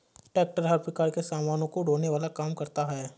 tractor हर प्रकार के सामानों को ढोने का काम करता है